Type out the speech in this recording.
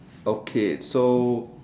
okay so